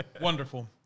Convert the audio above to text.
Wonderful